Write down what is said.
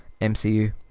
MCU